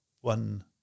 one